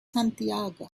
santiago